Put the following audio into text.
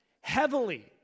heavily